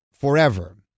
forever